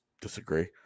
disagree